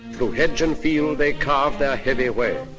through hedge and field they carved their heavy way.